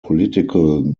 political